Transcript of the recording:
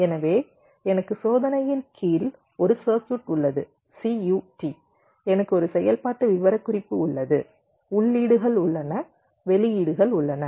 எனவே எனக்கு சோதனையின் கீழ் ஒரு சர்க்யூட் உள்ளது CUT எனக்கு ஒரு செயல்பாட்டு விவரக்குறிப்பு உள்ளது உள்ளீடுகள் உள்ளன வெளியீடுகள் உள்ளன